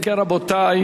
אם כן, רבותי,